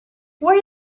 where